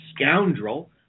scoundrel